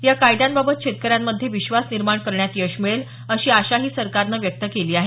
या कायद्यांबाबत शेतकऱ्यांमध्ये विश्वास निर्माण करण्यात यश मिळेल अशी आशाही सरकारनं व्यक्त केली आहे